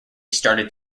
started